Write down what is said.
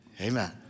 Amen